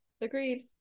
Agreed